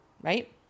right